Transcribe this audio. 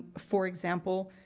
for example,